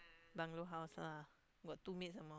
bungalow house lah got two maids some more